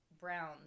browns